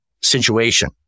situation